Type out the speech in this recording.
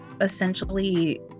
essentially